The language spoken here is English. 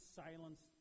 silence